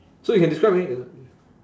so you can describe any